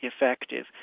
effective